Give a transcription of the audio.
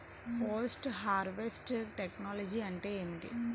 Post harvest technology అంటే ఏమిటి?